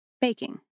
baking